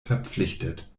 verpflichtet